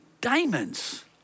diamonds